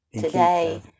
Today